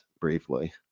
briefly